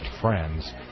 friends